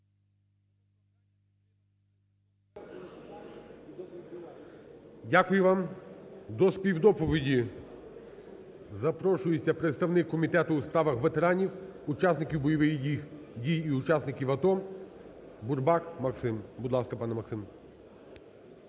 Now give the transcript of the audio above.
Дякую вам. До співдоповіді запрошується представник Комітету у справах ветеранів, учасників бойових дій і учасників АТО Бурбак Максим. Будь ласка, пане Максим.